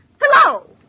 Hello